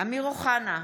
אמיר אוחנה,